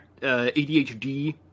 ADHD